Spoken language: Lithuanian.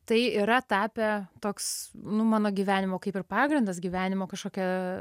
tai yra tapę toks nu mano gyvenimo kaip ir pagrindas gyvenimo kažkokia